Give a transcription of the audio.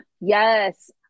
Yes